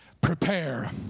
prepare